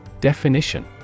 Definition